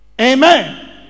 Amen